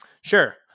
Sure